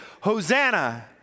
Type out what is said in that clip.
Hosanna